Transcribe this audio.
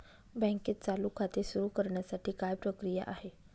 बँकेत चालू खाते सुरु करण्यासाठी काय प्रक्रिया आहे?